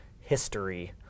history